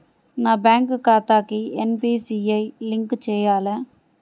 నా బ్యాంక్ ఖాతాకి NPCI link చేయాలా?